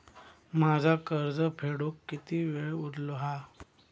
माझा कर्ज फेडुक किती वेळ उरलो हा?